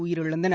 உயிரிழந்தனர்